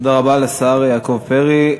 תודה רבה לשר יעקב פרי.